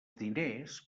diners